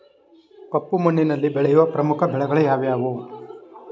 ಕಪ್ಪು ಮಣ್ಣಿನಲ್ಲಿ ಬೆಳೆಯುವ ಪ್ರಮುಖ ಬೆಳೆಗಳು ಯಾವುವು?